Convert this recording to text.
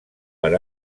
per